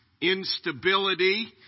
instability